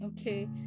okay